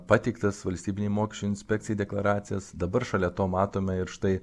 pateiktas valstybinei mokesčių inspekcijai deklaracijas dabar šalia to matome ir štai